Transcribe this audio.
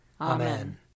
Amen